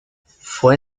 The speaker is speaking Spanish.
fue